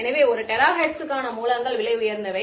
எனவே ஒரு டெராஹெர்ட்ஸ்க்கான மூலங்கள் விலை உயர்ந்தவை